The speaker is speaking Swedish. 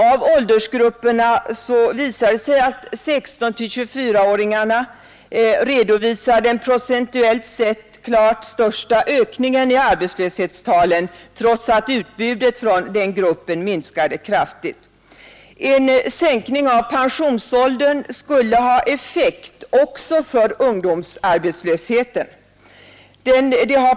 Av åldersgrupperna visar det sig att 16—24-åringarna redovisar den procentuellt sett klart största ökningen i arbetslöshetstalen, trots att utbudet från den gruppen minskade kraftigt. En sänkning av pensionsåldern skulle ha effekt också för ungdomsarbetslösheten.